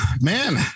man